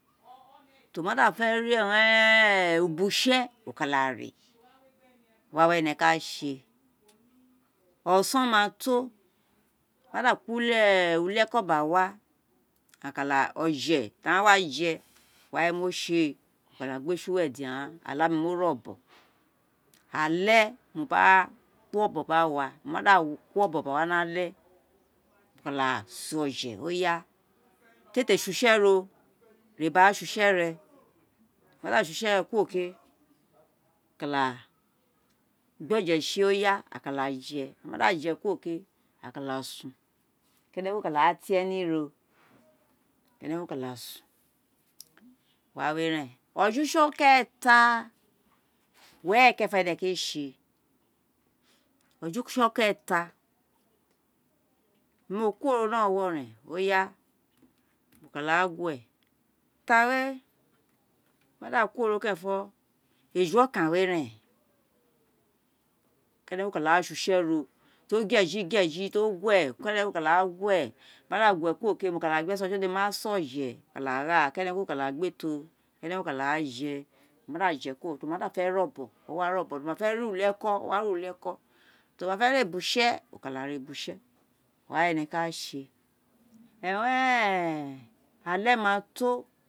ti o̱ma de̱fe̱ ré ubuse̱ o ka da ré, wa wé ene ka se̱, o̱son ma to, a ma da kun uli eko gba wa, a ka da a ka da o̱je̱ ti a wa je̱ wa wé mo séè, aka da gbéè su we̱ tin aghan oláà mi mo ré o̱bo̱n ale̱ mo kuri o̱bo̱n gha wa, mo da kuri obon gba wa ni ale mo kada se oje ti éè te sé use̱ ro, ré gba sé use̱ re̱, wo ma da sé use re̱ kuro ké a ka da gbe oje si a ka da je̱, e̱ne̱ ma da je̱ kuro ke̱, aka da sun kenekun ka da te emi ro, kenekun ka da sun wa wé ren, ojo use̱ okeeta were̱ kerenfo ene kpe se̱ o̱jo̱ use̱ keeta mo kuoro ni o̱wo̱wo̱ ren aghan ra gue, ita wé, o ma da kuoro kerenfo, eju okan wé ren kenekun ka da ra sé use̱ ro ti o gue ji, gue ji, ti o gue, kenekun ka da gue, wo ma gue kuro ke wo ka da gbe eso̱ si̱ ode mo wa sé o̱je̱ gba gha kenekun ka da gbe toro kenekun ka re gba ra je̱, wo ma da je̱ kuro, ti oma fe̱ re̱ obon o wa ré obon ti o ma fe̱ ré uli eko wa ré uli eko, ti o ma fe̱ re bu se̱ ka re buse̱ wa wé e̱ne̱ ka se̱ àle ma to̱.